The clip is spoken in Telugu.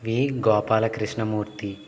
బి గోపాలకృష్ణమూర్తి